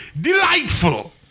delightful